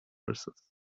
verses